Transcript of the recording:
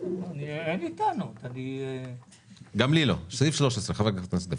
ן עדיפות לייצוג הולם של קבוצות אוכלוסייה